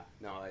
No